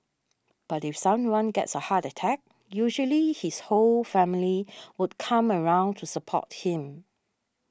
but if someone gets a heart attack usually his whole family would come around to support him